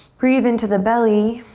breathe into the belly,